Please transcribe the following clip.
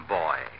boy